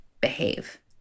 behave